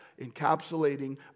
encapsulating